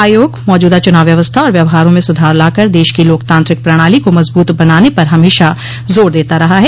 आयोग मौजूदा चुनाव व्यवस्था और व्यवहारों में सुधार लाकर देश की लोकतांत्रिक प्रणाली को मजबूत बनाने पर हमेशा जोर देता रहा है